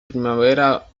primavera